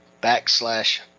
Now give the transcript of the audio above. backslash